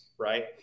right